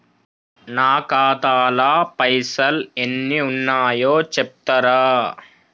నా ఖాతా లా పైసల్ ఎన్ని ఉన్నాయో చెప్తరా?